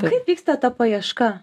kaip vyksta ta paieška